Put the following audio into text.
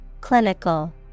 Clinical